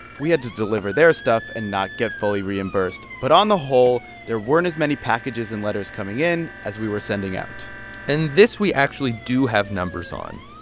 we had to deliver their stuff and not get fully reimbursed. but on the whole, there weren't as many packages and letters coming in as we were sending out and this we actually do have numbers on.